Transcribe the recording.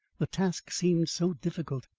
the task seemed so difficult,